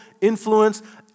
influence